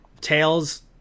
tails